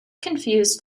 confused